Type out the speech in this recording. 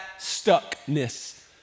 stuckness